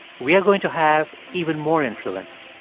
we are going to have even more influence.